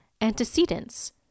antecedents